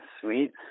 Sweet